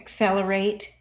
accelerate